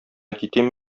китим